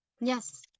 Yes